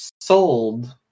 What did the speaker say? sold